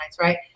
right